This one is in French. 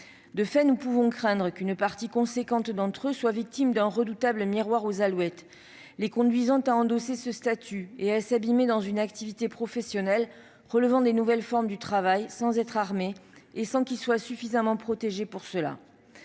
De fait, nous pouvons craindre qu'une part considérable d'entre eux ne soient victimes d'un redoutable miroir aux alouettes les conduisant à endosser ce statut et à s'abîmer dans une activité professionnelle relevant des nouvelles formes du travail sans être suffisamment armés et protégés pour cela.